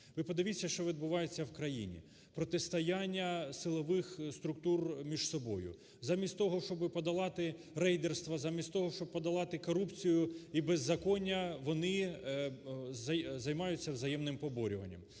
Ви подивіться, що відбувається в країні. Протистояння силових структур між собою. Замість того, щоб подолати рейдерство, замість того, щоб подолати корупцію і беззаконня, вони займаються взаємним поборюванням.